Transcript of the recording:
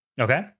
Okay